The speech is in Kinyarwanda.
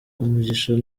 umugisha